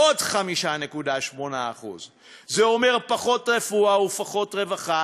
עוד 5.8%. זה אומר פחות רפואה ופחות רווחה